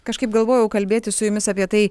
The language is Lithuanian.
kažkaip galvojau kalbėtis su jumis apie tai